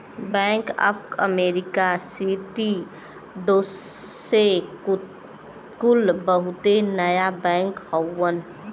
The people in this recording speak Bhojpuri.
bank of America, Citi, Deutsche कुल बहुते नया बैंक हउवन